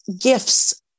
gifts